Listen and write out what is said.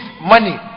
money